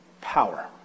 power